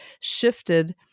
shifted